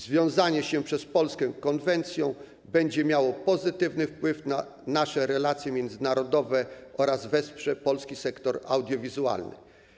Związanie się przez Polskę konwencją będzie miało pozytywny wpływ na nasze relacje międzynarodowe oraz wesprze polski sektor audiowizualny.